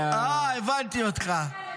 אה, הבנתי אותך.